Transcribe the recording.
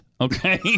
okay